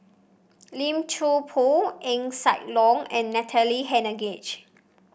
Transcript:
Lim Chuan Poh Eng Siak Loy and Natalie Hennedige